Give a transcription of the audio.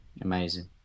Amazing